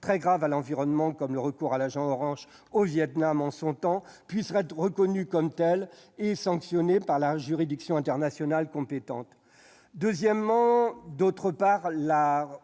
très graves à l'environnement, comme le recours à l'agent orange au Vietnam, puissent être reconnus comme tels et sanctionnés par la juridiction internationale compétente ; elle requiert, d'autre part, le